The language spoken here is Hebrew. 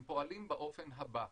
הם פועלים באופן הבא.